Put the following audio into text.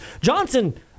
Johnson